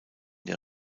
der